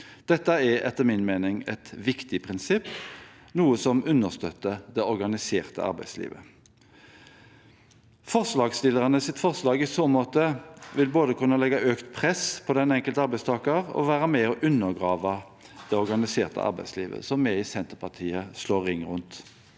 Dette er etter min mening et viktig prinsipp – noe som understøtter det organiserte arbeidslivet. Forslagsstillernes forslag vil i så måte både kunne legge økt press på den enkelte arbeidstaker og være med og undergrave det organiserte arbeidslivet, som vi i Sen terpartiet slår ring rundt.